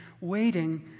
waiting